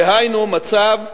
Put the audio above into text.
דהיינו, מצב שערורייתי,